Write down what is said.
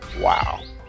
wow